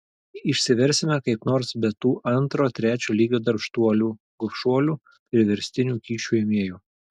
išsiversime kaip nors be tų antro trečio lygio darbštuolių gobšuolių priverstinių kyšių ėmėjų